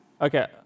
Okay